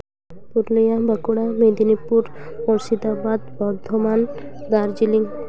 Purulia Bankura Medinipur Murshidabad Bardhaman Darjeeling